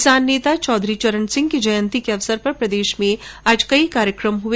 किसान नेता चौधरी चरण सिंह की जयंती के अवसर पर प्रदेश में आज कई कार्यक्रम हुए